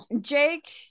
Jake